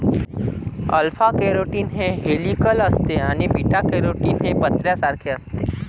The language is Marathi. अल्फा केराटीन हे हेलिकल असते आणि बीटा केराटीन हे पत्र्यासारखे असते